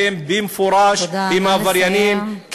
והם במפורש עבריינים,